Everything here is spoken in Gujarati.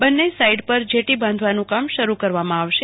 બંને સાઇડ પર જેટી બાંધવાનું કામ શરૂ કરવામાં આવશે